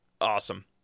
Awesome